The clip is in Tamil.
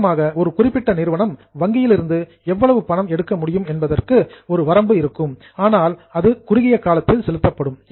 நிச்சயமாக ஒரு குறிப்பிட்ட நிறுவனம் வங்கியில் இருந்து எவ்வளவு பணம் எடுக்க முடியும் என்பதற்கு ஒரு வரம்பு இருக்கும் ஆனால் அது ஷார்ட் டெர்ம் குறுகிய காலத்தில் செலுத்தப்படும்